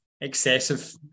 excessive